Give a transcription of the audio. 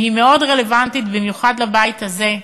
והיא מאוד רלוונטית במיוחד לבית הזה,